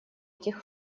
этих